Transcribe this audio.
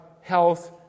health